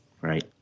Right